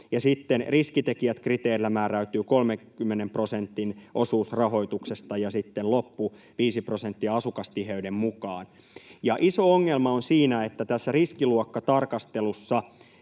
Sitten riskitekijät-kriteerillä määräytyy 30 prosentin osuus rahoituksesta ja sitten loput 5 prosenttia asukastiheyden mukaan. Iso ongelma on siinä, että tässä riskiluokkatarkastelussa